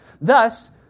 Thus